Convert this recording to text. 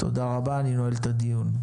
תודה רבה, אני נועל את הדיון.